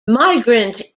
migrant